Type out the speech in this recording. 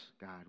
God